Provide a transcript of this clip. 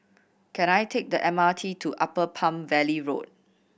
can I take the M R T to Upper Palm Valley Road